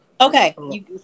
Okay